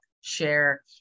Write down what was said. share